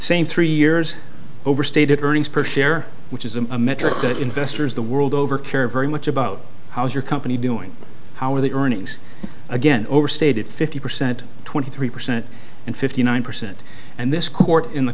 same three years overstated earnings per share which is a metric that investors the world over care very much about how is your company doing how are the earnings again overstated fifty percent twenty three percent and fifty nine percent and this court in the